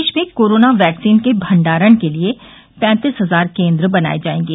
प्रदेश में corona vaccine के भंडारण के लिये पैंतीस हजार केन्द्र बनाये जायेंगे